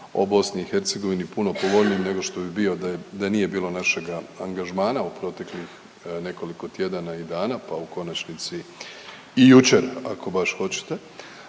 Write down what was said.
o Bosni i Hercegovini, puno povoljnijim nego što bi bio da nije bilo našega angažmana u proteklih nekoliko tjedana i dana pa u konačnici i jučer ako baš hoćete.